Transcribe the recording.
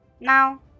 Now